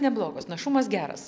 neblogos našumas geras